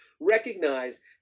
recognize